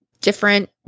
different